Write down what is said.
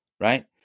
right